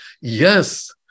Yes